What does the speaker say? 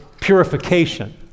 purification